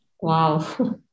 Wow